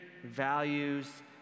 values